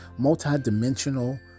multidimensional